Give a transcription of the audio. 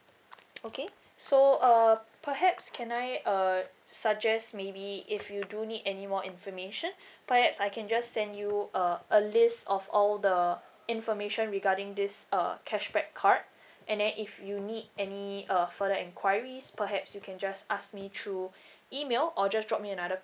okay so uh perhaps can I uh suggest maybe if you do need any more information perhaps I can just send you uh a list of all the information regarding this uh cashback card and then if you need any uh for the enquiries perhaps you can just ask me through email or just drop me another